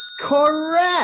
correct